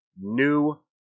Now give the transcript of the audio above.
new